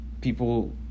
people